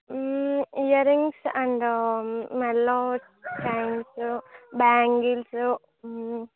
earrings and మెళ్ళో chains bangles